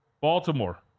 Baltimore